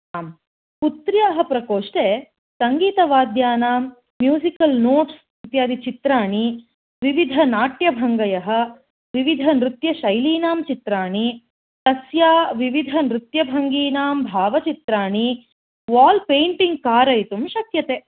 आम् पुत्र्या प्रकोष्ठे संगीतवाद्यानां म्यूज़िकल् नोट्स् इत्यादि चित्राणि विविध नाट्यभङ्गय विविध नृत्यशैलीनां चित्राणि तस्य विविध नृत्यभङ्गीनां भावचित्राणि वाल् पेयिन्टिंग् कारयितुं शक्यते